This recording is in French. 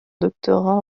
doctorat